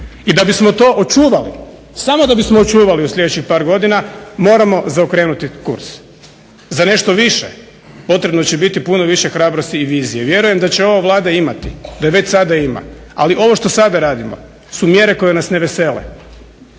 i da bismo to očuvali, samo da bismo očuvali u sljedećih par godina moramo zaokrenuti kurs. Za nešto više potrebno će biti puno više hrabrosti i vizije. Vjerujem da će je ova Vlada imati, da je već sada ima, ali ovo što sada radimo su mjere koje nas ne vesele.